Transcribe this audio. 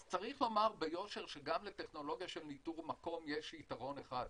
אז צריך לומר ביושר שגם לטכנולוגיה של ניטור מקום יש יתרון אחד.